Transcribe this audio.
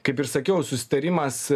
kaip ir sakiau susitarimas